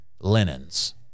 linens